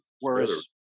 Whereas